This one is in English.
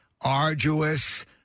arduous